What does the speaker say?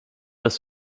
dass